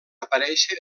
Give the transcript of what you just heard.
aparèixer